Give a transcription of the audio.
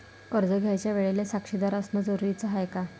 कर्ज घ्यायच्या वेळेले साक्षीदार असनं जरुरीच हाय का?